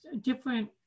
different